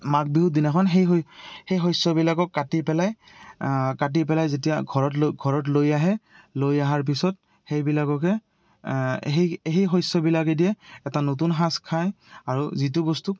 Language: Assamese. মাঘ বিহুৰ দিনাখন সেই সেই শস্যবিলাকক কাটি পেলাই কাটি পেলাই যেতিয়া ঘৰত লৈ ঘৰত লৈ আহে লৈ অহাৰ পিছত সেইবিলাককে সেই সেই শস্যবিলাকে দিয়ে এটা নতুন সাজ খায় আৰু যিটো বস্তু